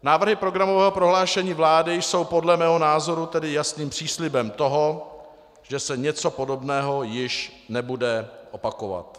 Návrhy programového prohlášení vlády jsou podle mého názoru tedy jasným příslibem toho, že se něco podobného již nebude opakovat.